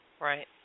Right